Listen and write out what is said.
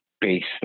based